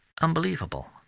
Unbelievable